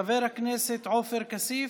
חבר הכנסת עופר כסיף,